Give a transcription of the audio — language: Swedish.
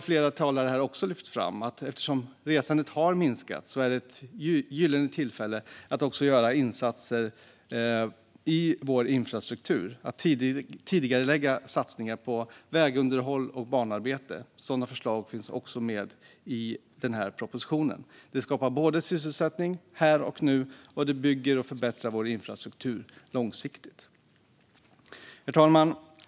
Flera talare här har lyft fram att eftersom resandet har minskat är det ett gyllene tillfälle att göra insatser i vår infrastruktur och tidigarelägga satsningar på vägunderhåll och banarbete. Sådana förslag finns också med i den här propositionen. Det skapar både sysselsättning här och nu och bygger och förbättrar vår infrastruktur långsiktigt. Herr talman!